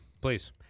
please